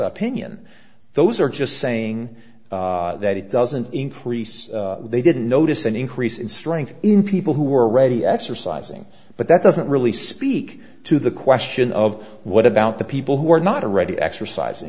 opinion those are just saying that it doesn't increase they didn't notice an increase in strength in people who were already exercising but that doesn't really speak to the question of what about the people who are not already exercising